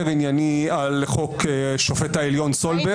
ענייני על חוק השופט העליון סולברג,